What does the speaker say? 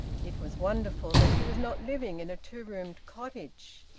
it was wonderful that he was not living in a two-roomed cottage.